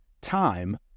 Time